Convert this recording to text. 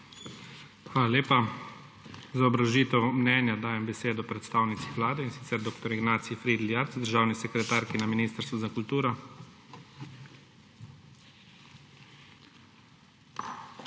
Hvala lepa. Za obrazložitev mnenja dajem besedo predstavnici Vlade, in sicer dr. Ignaciji Fridl Jarc, državni sekretarki na Ministrstvu za kulturo. **DR.